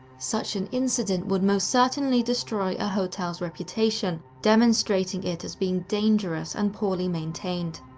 such an incident would most certainly destroy a hotel's reputation, demonstrating it as being dangerous and poorly maintained.